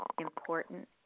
important